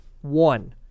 one